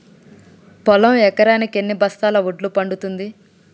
పొలం ఎకరాకి ఎన్ని బస్తాల వడ్లు పండుతుంది?